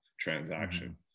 transaction